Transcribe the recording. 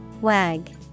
wag